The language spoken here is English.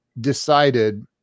decided